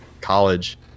college